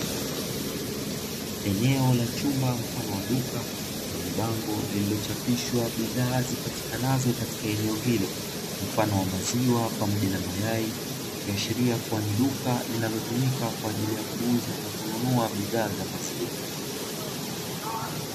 Eneo la chumba mfano wa duka, lenye bango lililochapishwa bidhaa zipatikanazo katika eneo hilo, mfano wa maziwa pamoja na mayai. Ikiashiria kuwa ni duka linalotumika kwa ajili ya kuuza na kununua bidhaa za maziwa.